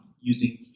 using